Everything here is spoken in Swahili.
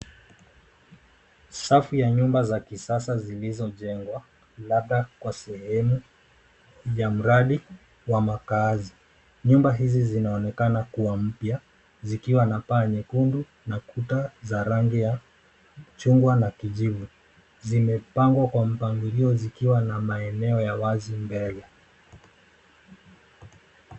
Safu ya nyumba za kisasa zilizo jengwa, labda kwa sehemu, vya mradi wamakaazi. Nyumba hizi zinaonekana kuwa mpya, zikiwa na paa nyekundu na kuta za rangi ya chungwa na kijivu. Zimepangwa kwa mpangilio zikiwa na maeneo ya wazi mbele.